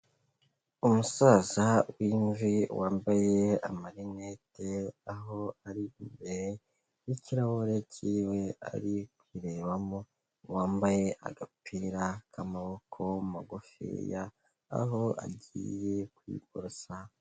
Umusaza w'imvi wambaye amarinete aho ari imbere y'ikirahure cy'iwe ari kurebamo uwambaye agapira k'amaboko magufiya aho agiye kwiborosa.